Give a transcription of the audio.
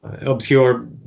obscure